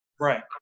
Right